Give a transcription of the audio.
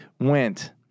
went